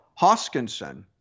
Hoskinson